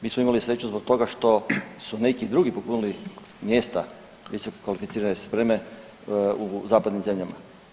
Mi smo imali sreću zbog toga što su neki drugi popunili mjesta visokokvalificirane spreme u zapadnim zemljama.